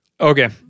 Okay